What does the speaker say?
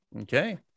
Okay